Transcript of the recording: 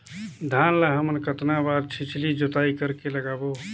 धान ला हमन कतना बार छिछली जोताई कर के लगाबो?